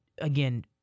again